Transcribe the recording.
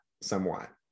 somewhat